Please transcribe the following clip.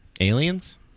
Aliens